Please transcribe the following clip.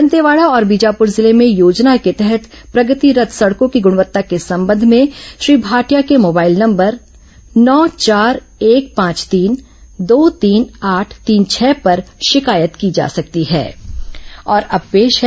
दंतेवाडा और बीजापुर जिले में योजना के तहत प्रगतिरत सडकों की गृणवत्ता के संबंध में श्री भाटिया के मोबाइल नंबर नौ चार एक पांच तीन दो तीन आठ तीन छह पर शिकायत की जा सकती है